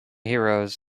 heroes